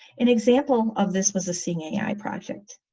an example of this was a seeing ai project.